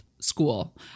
school